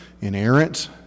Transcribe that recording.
inerrant